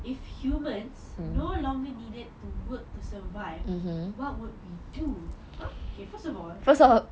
if humans no longer needed to work to survive what would you do okay first of all